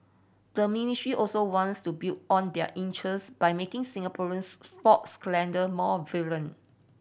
the ministry also wants to build on their interest by making Singapore's sports calendar more